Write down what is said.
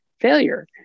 failure